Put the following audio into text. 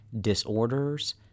disorders